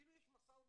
כאילו יש משא ומתן,